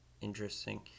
interesting